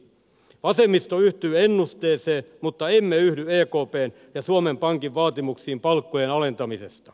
vasemmisto yhtyy ennusteeseen mutta emme yhdy ekpn ja suomen pankin vaatimuksiin palkkojen alentamisesta